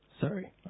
sorry